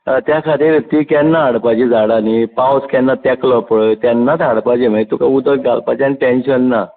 हय त्या खातीरुच तीं केन्ना हाडपाचीं झाडां न्ही पावस केन्ना तेकलो पळय तेन्नाच हाडपाची मागीर तुका उदक घालपाचें आनी टँशन ना